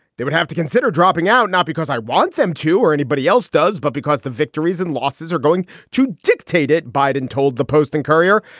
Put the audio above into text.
there would have to consider dropping out, not because i want them to or anybody else does, but because the victories and losses are going to dictate it. biden told the post and courier,